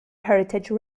heritage